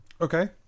Okay